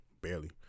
barely